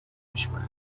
اشکالی